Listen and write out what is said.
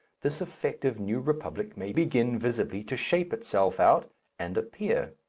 this effective new republic may begin visibly to shape itself out and appear.